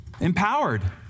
empowered